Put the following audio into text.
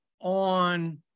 on